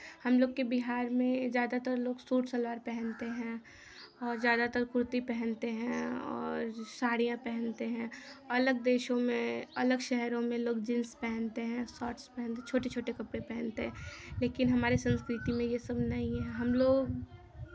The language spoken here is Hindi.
हम लोग के बिहार में ज़्यादातर लोग सूट सलवार पहनते हैं और ज़्यादातर कुर्ती पहनते हैं और साड़ियाँ पहनते हैं अलग देशों में अलग शहरों में लोग जींस पहनते हैं शॉर्ट्स पहनते छोटे छोटे कपड़े पहनते हैं लेकिन हमारे संस्कृति में ये सब नहीं है हम लोग